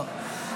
החברה.